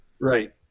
Right